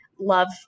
love